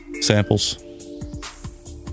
samples